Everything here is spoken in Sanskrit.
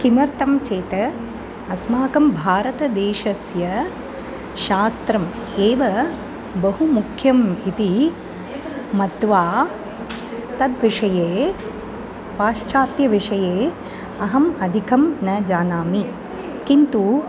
किमर्थं चेत् अस्माकं भारतदेशस्य शास्त्रम् एव बहु मुख्यम् इति मत्वा तत् विषये पाश्चात्यविषये अहम् अधिकं न जानामि किन्तु